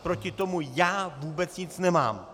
Proti tomu já vůbec nic nemám.